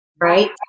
right